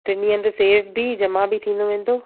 टिनी हंधि सेफ़ बि जमा बि थींदो वेंदो